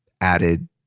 added